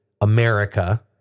America